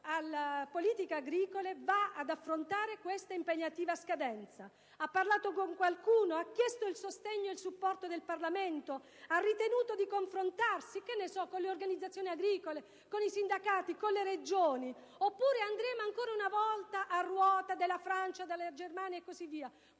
delle politiche agricole va ad affrontare questa impegnativa scadenza. Ha parlato con qualcuno, ha chiesto il sostegno ed il supporto del Parlamento, ha ritenuto di confrontarsi con le organizzazioni agricole, con i sindacati, con le Regioni? Oppure andremo ancora una volta a ruota della Francia, della Germania e così via?